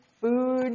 food